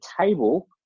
table